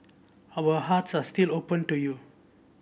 our hearts are still open to you